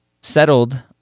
settled